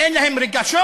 אין להם רגשות?